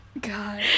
God